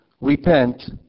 repent